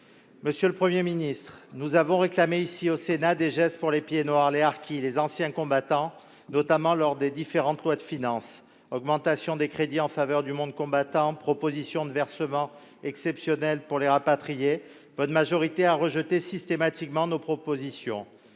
Monsieur le Premier ministre, nous avons réclamé ici, au Sénat, des gestes pour les pieds-noirs, les harkis, les anciens combattants, notamment lors des différentes lois de finances : augmentation des crédits en faveur du monde combattant ; proposition de versements exceptionnels pour les rapatriés. Votre majorité a rejeté systématiquement nos propositions.